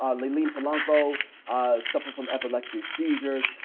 um layleen polanco suffered from epileptic seizures.